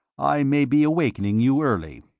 i may be awakening you early.